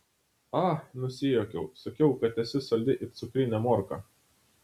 a nusijuokiau sakiau kad esi saldi it cukrinė morka